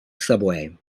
subway